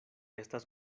estas